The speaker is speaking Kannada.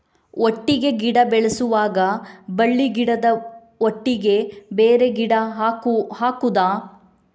ಒಟ್ಟಿಗೆ ಗಿಡ ಬೆಳೆಸುವಾಗ ಬಳ್ಳಿ ಗಿಡದ ಒಟ್ಟಿಗೆ ಬೇರೆ ಗಿಡ ಹಾಕುದ?